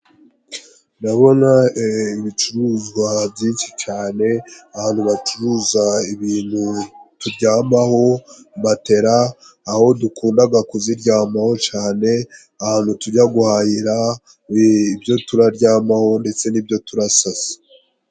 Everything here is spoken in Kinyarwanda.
Ndabona ibicuruzwa byinshi cane ahantu bacuruza ibintu turyamaho, matela, aho dukundaga kuziryamaho cane, ahantu tujya guhahira ibyo turaryamaho ndetse n'ibyo turasasa.